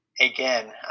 Again